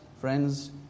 friends